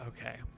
okay